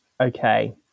Okay